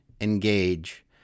engage